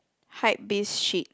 hypebeast shit